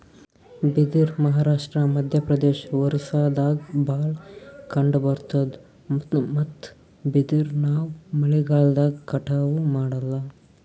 ಬಿದಿರ್ ಮಹಾರಾಷ್ಟ್ರ, ಮಧ್ಯಪ್ರದೇಶ್, ಒರಿಸ್ಸಾದಾಗ್ ಭಾಳ್ ಕಂಡಬರ್ತಾದ್ ಮತ್ತ್ ಬಿದಿರ್ ನಾವ್ ಮಳಿಗಾಲ್ದಾಗ್ ಕಟಾವು ಮಾಡಲ್ಲ